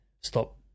stop